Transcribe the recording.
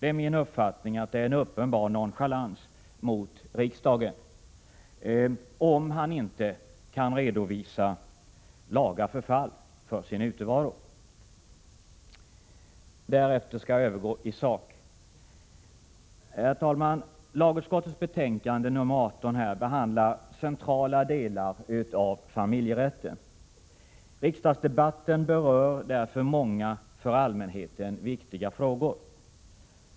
Enligt min uppfattning är det en uppenbar nonchalans mot riksdagen, om han inte kan redovisa laga förfall för sin utevaro. Därefter skall jag övergå till sakfrågan. Herr talman! Lagutskottets betänkande 1986/87:18 behandlar centrala delar av familjerätten. Riksdagsdebatten berör därför många för allmänheten viktiga frågor.